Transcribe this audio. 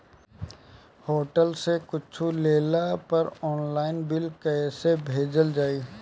Hotel से कुच्छो लेला पर आनलाइन बिल कैसे भेजल जाइ?